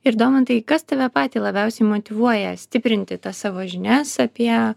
ir domantai kas tave patį labiausiai motyvuoja stiprinti tas savo žinias apie